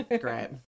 great